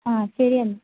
ആ ശരി എന്നാല്